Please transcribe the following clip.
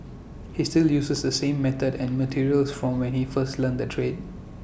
he still uses the same method and materials from when he first learnt the trade